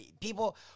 People